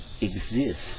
exist